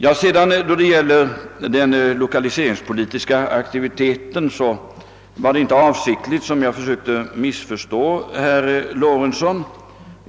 När det sedan gäller den lokaliseringspolitiska aktiviteten försökte jag inte att avsiktligt missförstå herr Lorentzon.